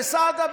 וסעדה,